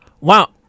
Wow